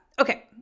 Okay